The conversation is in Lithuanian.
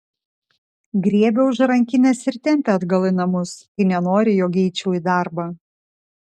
griebia už rankinės ir tempia atgal į namus kai nenori jog eičiau į darbą